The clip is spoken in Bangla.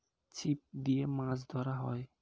ছিপ দিয়ে মাছ ধরা হয়